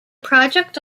project